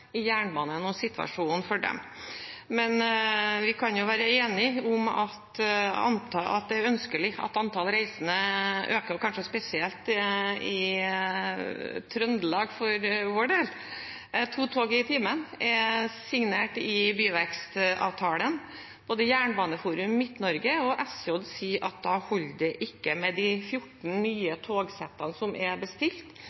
i jernbanen og situasjonen for dem. Men vi kan jo være enige om at det er ønskelig at antallet reisende øker, kanskje spesielt i Trøndelag, for vår del. To tog i timen er signert i byvekstavtalen. Både Jernbaneforum Midt-Norge og SJ sier at det ikke holder med de 14